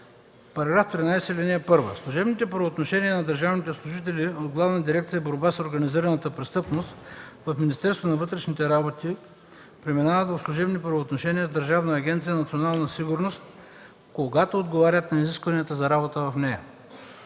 става § 13: „§ 13. (1) Служебните правоотношения на държавните служители от Главна дирекция „Борба с организираната престъпност” в Министерството на вътрешните работи преминават в служебни правоотношения с Държавна агенция „Национална сигурност”, когато отговарят на изискванията за работа в нея.